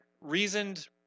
reasoned